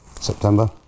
September